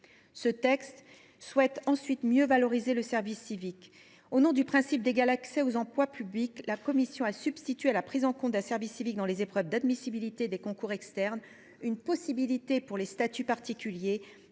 Le texte vise ensuite à mieux valoriser le service civique. Au nom du principe d’égal accès aux emplois publics, la commission a substitué à la prise en compte d’un service civique dans les épreuves d’admissibilité des concours externes une possibilité pour les statuts particuliers